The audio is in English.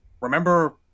remember